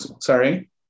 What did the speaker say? sorry